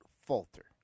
falter